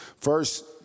First